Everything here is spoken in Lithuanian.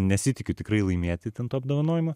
nesitikiu tikrai laimėti ten to apdovanojimo